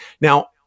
Now